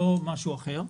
לא משהו אחר.